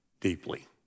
Deeply